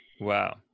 wow